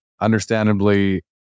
understandably